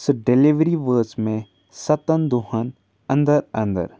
سُہ ڈٮ۪لِؤری وٲژ مےٚ سَتَن دۄہَن انٛدَر انٛدَر